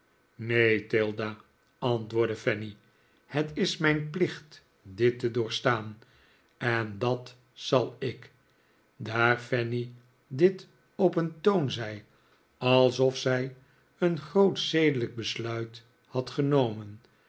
neen tilda antwoordde fanny het is mijn plicht dit te doorstaan en dat zal ik daar fanny dit op een toon zei alsof zij een groot zedelijk besluit had genomen